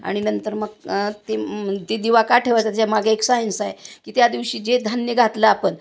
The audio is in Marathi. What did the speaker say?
आणि नंतर मग ते ते दिवा का ठेवायचा त्याच्या मागे एक सायन्स आहे की त्या दिवशी जे धान्य घातलं आपण